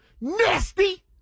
nasty